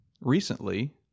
Recently